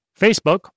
Facebook